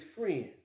friends